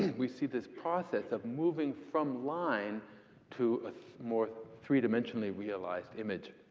we see this process of moving from line to a more three-dimensionally realized image.